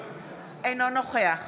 אינו נוכח